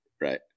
Right